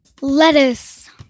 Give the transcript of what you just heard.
Lettuce